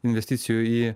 investicijų į